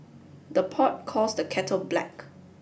the pot calls the kettle black